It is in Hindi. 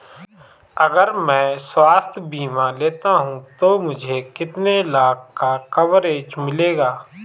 अगर मैं स्वास्थ्य बीमा लेता हूं तो मुझे कितने लाख का कवरेज मिलेगा?